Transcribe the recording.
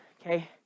okay